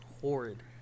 horrid